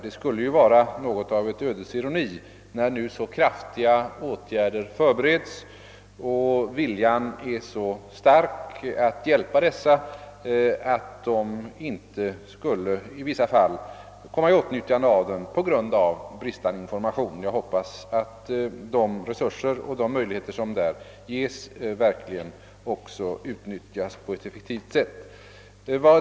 Det skulle ju vara mycket olyckligt — när nu så kraftiga åtgärder förbereds och viljan att hjälpa till är så stark — om ungdomar i vissa fall inte skulle komma i åtnjutande av de förbättrade möjligheterna på grund av bristande information. Jag hoppas att de resurser och de möjligheter som här ges verkligen också utnyttjas på ett effektivt sätt.